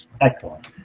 Excellent